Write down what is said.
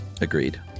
agreed